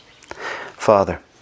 Father